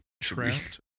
Trapped